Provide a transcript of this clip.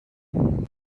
lawrence